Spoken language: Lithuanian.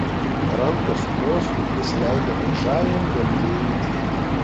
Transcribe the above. rankos mostu jis leido mažajam vertėjui eiti